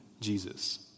Jesus